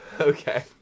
Okay